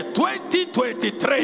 2023